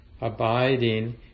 abiding